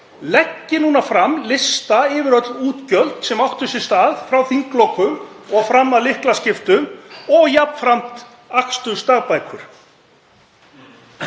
leggi fram lista yfir öll útgjöld sem áttu sér stað frá þinglokum og fram að lyklaskiptum og jafnframt akstursdagbækur.